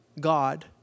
God